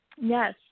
Yes